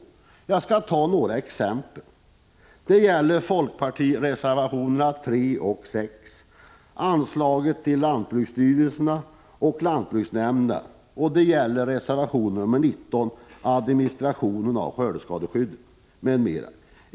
Jag skall ge några exempel. Det gäller till att börja med folkpartireservationerna 3 och 6 beträffande anslaget till lantbruksstyrelsen resp. anslaget till lantbruksnämnderna och reservation 19 om administration av skördeskadeskyddet m.m.